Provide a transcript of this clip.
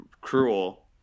cruel